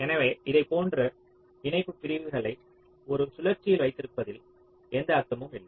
எனவே இதைப் போன்ற இணைப்பு பிரிவை ஒரு சுழற்சியில் வைத்திருப்பதில் எந்த அர்த்தமும் இல்லை